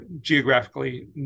geographically